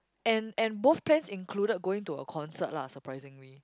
and and both plans included going to a concert lah surprisingly